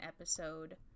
episode